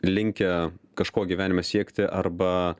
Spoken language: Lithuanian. linkę kažko gyvenime siekti arba